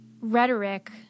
rhetoric